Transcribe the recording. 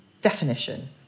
definition